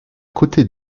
côté